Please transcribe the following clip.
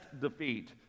defeat